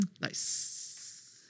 Nice